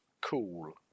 cool